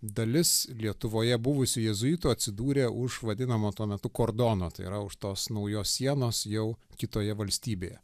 dalis lietuvoje buvusių jėzuitų atsidūrė už vadinamo tuo metu kordono tai yra už tos naujos sienos jau kitoje valstybėje